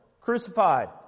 crucified